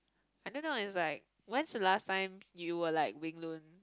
I don't know is like when is the last time you were like Wing-Lun